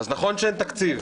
אז נכון שאין תקציב,